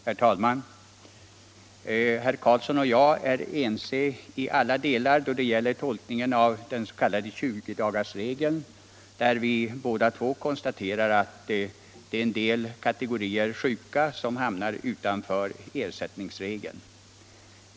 Herr talman! Herr Karlsson i Ronneby och jag är ense i alla delar då det gäller tolkningen av den s.k. 20-dagarsregeln, där vi båda konstaterar att en del kategorier sjuka hamnar utanför ersättningsregeln.